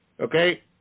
okay